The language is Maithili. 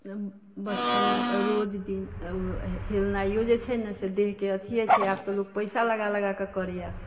बचपन मे तऽ रोज हेलनाइयो जे छै ने से देह के अथीये छै आब तऽ लोग पैसा लगा लगा कऽ करैया